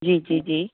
जी जी जी